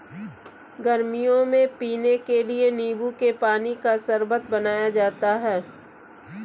गर्मियों में पीने के लिए नींबू के पानी का शरबत बनाया जाता है